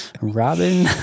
Robin